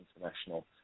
international